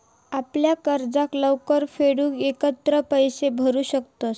आपल्या कर्जाक लवकर फेडूक एकत्र पैशे भरू शकतंस